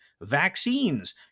vaccines